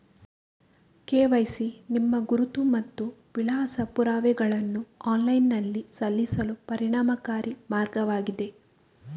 KYC ನಿಮ್ಮ ಗುರುತು ಮತ್ತು ವಿಳಾಸ ಪುರಾವೆಗಳನ್ನು ಆನ್ಲೈನಿನಲ್ಲಿ ಸಲ್ಲಿಸಲು ಪರಿಣಾಮಕಾರಿ ಮಾರ್ಗವಾಗಿದೆ